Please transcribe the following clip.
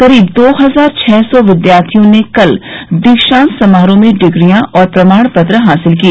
करीब दो हजार छह सौ विद्यार्थियों ने कल दीक्षान्त समारोह में डिग्रियां और प्रमाणपत्र हासिल किए